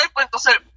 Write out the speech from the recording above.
entonces